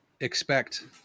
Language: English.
expect